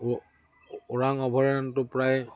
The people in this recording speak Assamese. ও ওৰাং অভয়াৰণ্যটো প্ৰায়